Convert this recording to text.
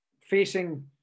facing